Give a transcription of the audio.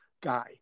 guy